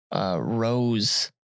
rose